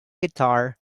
guitar